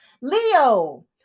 Leo